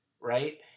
right